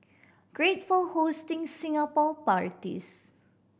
great for hosting Singapore parties